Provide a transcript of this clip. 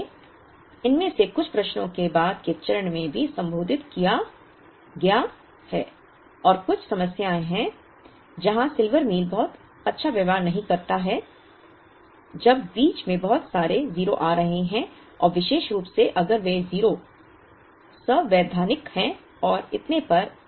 इसलिए इनमें से कुछ प्रश्नों को बाद के चरण में भी संबोधित किया गया है और कुछ समस्याएं हैं जहां सिल्वर मील बहुत अच्छा व्यवहार नहीं करता है जब बीच में बहुत सारे 0 आ रहे हैं और विशेष रूप से अगर वे 0 संवैधानिक हैं और इतने पर